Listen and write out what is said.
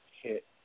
hit